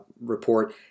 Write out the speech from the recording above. report